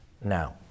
Now